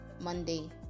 Monday